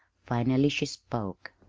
finally she spoke.